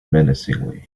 menacingly